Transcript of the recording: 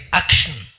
action